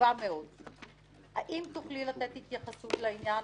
וחשובה מאוד האם תוכלי לתת התייחסות לעניין